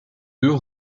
deux